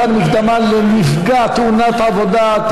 מתן מקדמה לנפגע תאונת עבודה),